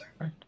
Right